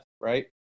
right